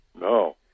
No